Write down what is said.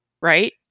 right